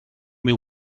will